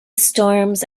storms